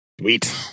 Sweet